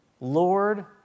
Lord